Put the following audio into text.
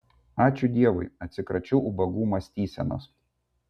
ačiū dievui atsikračiau ubagų mąstysenos